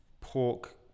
pork